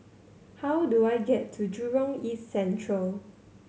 how do I get to Jurong East Central